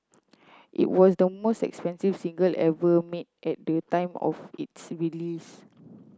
it was the most expensive single ever made at the time of its release